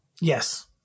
yes